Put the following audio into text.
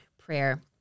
prayer